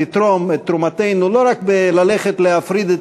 לתרום את תרומתנו לא רק בללכת להפריד את